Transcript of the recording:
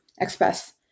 express